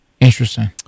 Interesting